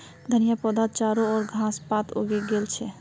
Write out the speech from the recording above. धनिया पौधात चारो ओर घास पात उगे गेल छ